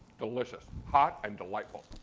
delicious. hot and delightful.